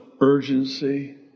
urgency